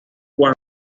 cuando